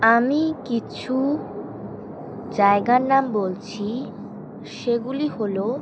আমি কিছু জায়গার নাম বলছি সেগুলি হলো